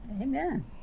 Amen